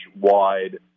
wide